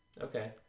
okay